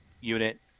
unit